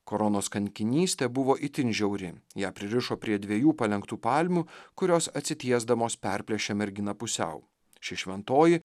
koronos kankinystė buvo itin žiauri ją pririšo prie dviejų palenktų palmių kurios atsitiesdamos perplėšė merginą pusiau ši šventoji